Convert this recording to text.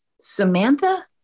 Samantha